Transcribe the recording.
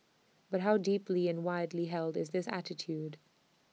but how deeply and widely held is this attitude